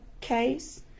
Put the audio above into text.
case